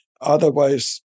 Otherwise